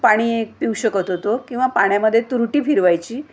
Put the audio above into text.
पाणी पिऊ शकत होतो किंवा पाण्यामध्ये तुरटी फिरवायची